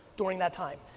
during that time,